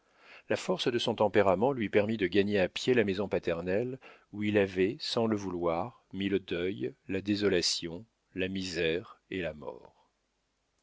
la force de son tempérament lui permit de gagner à pied la maison paternelle où il avait sans le vouloir mis le deuil la désolation la misère et la mort